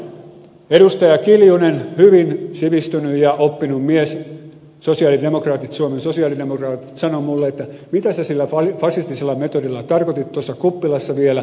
ja tosiaan entinen edustaja kimmo kiljunen hyvin sivistynyt ja oppinut mies suomen sosialidemokraatit kysyi minulta tuossa kuppilassa vielä mitä sinä sillä fasistisella metodilla tarkoitit